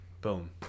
boom